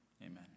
Amen